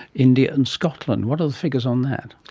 india and scotland. what are the figures on that?